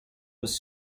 was